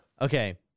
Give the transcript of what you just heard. Okay